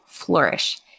flourish